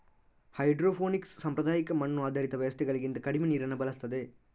hydroponics ಸಾಂಪ್ರದಾಯಿಕ ಮಣ್ಣು ಆಧಾರಿತ ವ್ಯವಸ್ಥೆಗಳಿಗಿಂತ ಕಡಿಮೆ ನೀರನ್ನ ಬಳಸ್ತದೆ